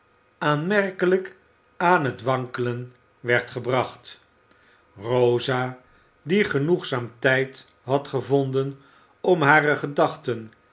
aanmerkelijk aan het wankelen werd gebracht rosa die genoegzaam tijd had gevonden om hare gedachten